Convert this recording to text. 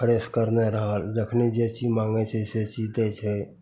fresh करने रहल जखन जे चीज माँगै छै से चीज दै छै